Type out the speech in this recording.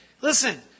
Listen